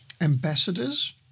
ambassadors